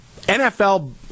NFL